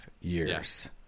years